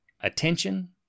attention